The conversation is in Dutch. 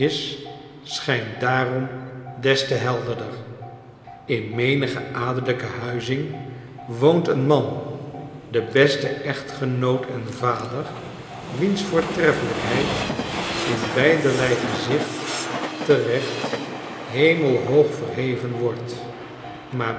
schijnt daarom des te helderder in menige adellijke huizing woont een man de beste echtgenoot en vader wiens voortreffelijkheid in beiderlei gezicht terecht hemelhoog verheven wordt maar